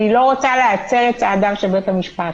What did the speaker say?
לא רוצה להצר את צעדיו של בית המשפט.